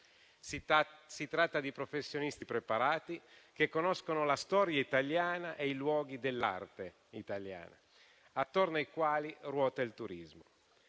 Si tratta di professionisti preparati che conoscono la storia italiana e i luoghi dell'arte italiana attorno ai quali ruota il turismo.